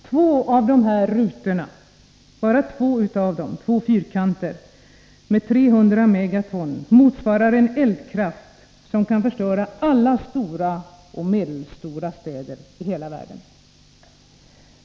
Två av dessa rutor med 300 megaton motsvarar en eldkraft som kan förstöra alla stora och medelstora städer i hela världen.